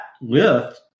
lift